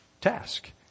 task